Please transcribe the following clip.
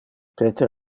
peter